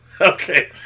okay